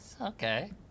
Okay